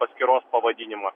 paskyros pavadinimą